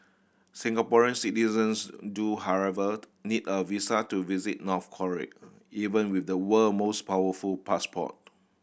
Singaporean citizens do however need a visa to visit North Korea even with the world most powerful passport